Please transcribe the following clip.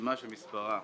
ברשימה שמספרה